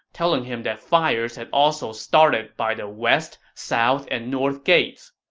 telling him that fires had also started by the west, south, and north gates.